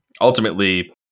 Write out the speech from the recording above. Ultimately